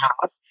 House